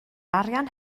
arian